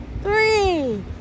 three